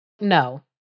No